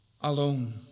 alone